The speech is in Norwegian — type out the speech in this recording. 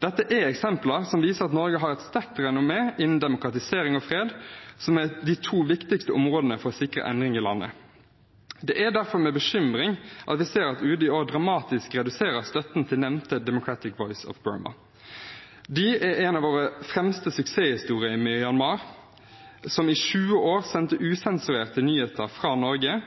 er eksempler som viser at Norge har et sterkt renommé innen demokratisering og fred, som er de to viktigste områdene for å sikre endring i landet. Det er derfor med bekymring vi ser at UD i år dramatisk reduserer støtten til nevnte Democratic Voice of Burma. De er en av våre fremste suksesshistorier i Myanmar, som i 20 år sendte usensurerte nyheter fra Norge,